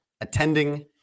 attending